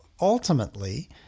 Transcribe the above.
ultimately